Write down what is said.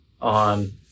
on